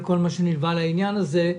לכל מה שנלווה לעניין הזה.